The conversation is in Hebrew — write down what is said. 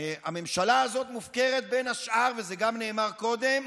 הממשלה הזאת מופקרת בין השאר, וזה נאמר גם קודם,